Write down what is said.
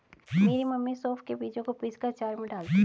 मेरी मम्मी सौंफ के बीजों को पीसकर अचार में डालती हैं